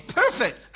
perfect